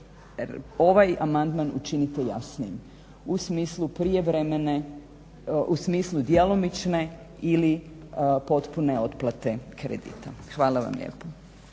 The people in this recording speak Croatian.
ovaj amandman učinite jasnijim u smislu prijevremene, u smislu djelomične ili potpune otplate kredita. Hvala vam lijepo.